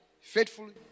faithfully